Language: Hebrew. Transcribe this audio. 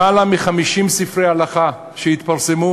למעלה מ-50 ספרי הלכה שהתפרסמו